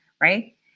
right